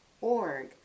org